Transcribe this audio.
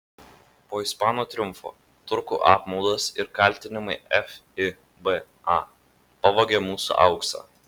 po ispanų triumfo turkų apmaudas ir kaltinimai fiba pavogė mūsų auksą